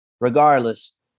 regardless